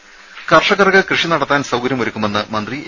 ടെടി കർഷകർക്ക് കൃഷി നടത്താൻ സൌകര്യങ്ങളൊ രുക്കുമെന്ന് മന്ത്രി എ